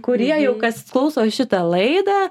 kurie jau kas klauso šitą laidą